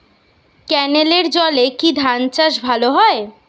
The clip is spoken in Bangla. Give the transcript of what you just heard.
ক্যেনেলের জলে কি ধানচাষ ভালো হয়?